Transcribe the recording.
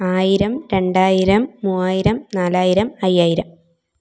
ആയിരം രണ്ടായിരം മൂവായിരം നാലായിരം അയ്യായിരം